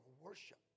worship